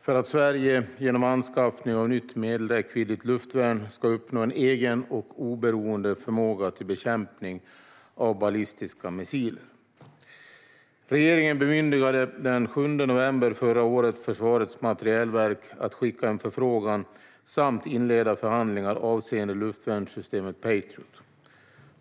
för att Sverige, genom anskaffning av nytt medelräckviddigt luftvärn, ska uppnå en egen och oberoende förmåga till bekämpning av ballistiska missiler. Regeringen bemyndigade den 7 november förra året Försvarets materielverk att skicka en förfrågan samt inleda förhandlingar avseende luftvärnssystemet Patriot.